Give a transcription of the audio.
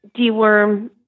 deworm